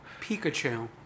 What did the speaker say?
Pikachu